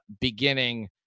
beginning